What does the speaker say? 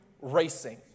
racing